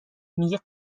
میگه